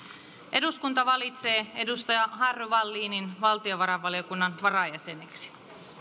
eduskunta valitsee harry wallinin valtiovarainvaliokunnan varajäseneksi